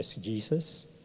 Jesus